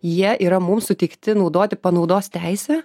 jie yra mum suteikti naudoti panaudos teise